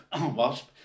Wasp